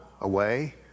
away